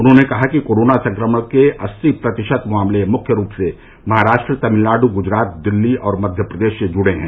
उन्होंने कहा कि कोरोना संक्रमण के अस्सी प्रतिशत मामले मुख्य रूप से महाराष्ट्र तमिलनाड़ गुजरात दिल्ली और मध्यप्रदेश से जुड़े हैं